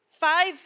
five